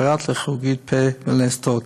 פרט לכירורגית פה ולסתות.